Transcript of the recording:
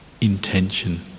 intention